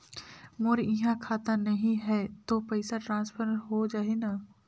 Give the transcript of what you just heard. मोर इहां खाता नहीं है तो पइसा ट्रांसफर हो जाही न?